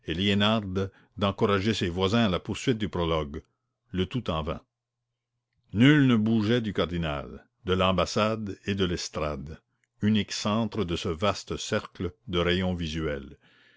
d'encourager ses voisins à la poursuite du prologue le tout en vain nul ne bougeait du cardinal de l'ambassade et de l'estrade unique centre de ce vaste cercle de rayons visuels